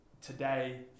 Today